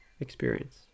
experience